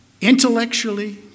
Intellectually